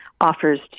offers